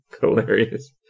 hilarious